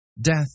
Death